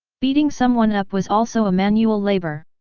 beating someone up was also a manual labor.